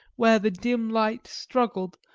where the dim light struggled,